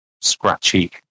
scratchy